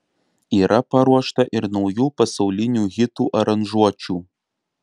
yra paruošta ir naujų pasaulinių hitų aranžuočių